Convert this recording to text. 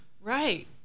Right